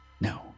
no